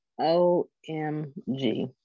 O-M-G